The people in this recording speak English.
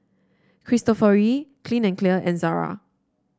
Cristofori Clean and Clear and Zara